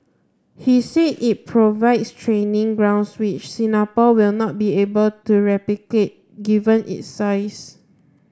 he said it provides training ground which Singapore will not be able to replicate given it size